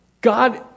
God